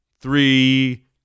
three